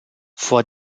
vor